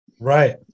Right